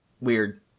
weird